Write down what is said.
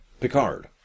Picard